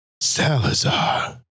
Salazar